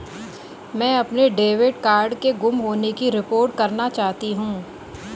मैं अपने debit card के गुम होने की रिपोर्ट करना चाहती हूँ